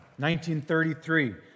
1933